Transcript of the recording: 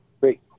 great